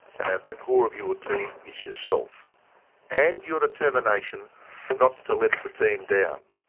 and at the core of your team is yourself and your determination not to let the team down.